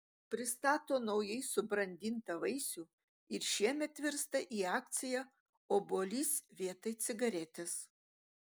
pristato naujai subrandintą vaisių ir šiemet virsta į akciją obuolys vietoj cigaretės